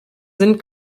sind